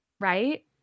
Right